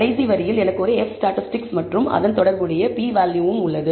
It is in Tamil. கடைசி வரியில் எனக்கு ஒரு F ஸ்டாட்டிஸ்டிக்ஸ் மற்றும் அதனுடன் தொடர்புடைய p வேல்யூவும் உள்ளது